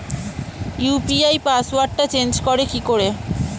UPI পাসওয়ার্ডটা change করে কি করে?